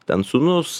ten sūnus